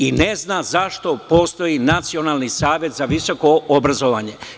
I, ne zna zašto postoji Nacionalni savet za visoko obrazovanje.